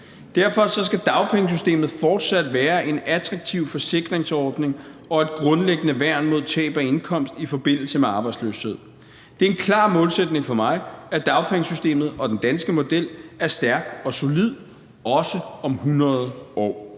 Derfor skal dagpengesystemet fortsat være en attraktiv forsikringsordning og et grundlæggende værn mod tab af indkomst i forbindelse med arbejdsløshed. Det er en klar målsætning for mig, at dagpengesystemet og den danske model er stærk og solid, også om 100 år.